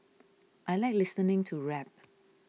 I like listening to rap